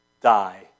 die